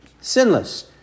sinless